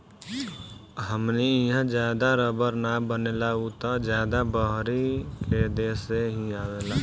हमनी इहा ज्यादा रबड़ ना बनेला उ त ज्यादा बहरी के देश से ही आवेला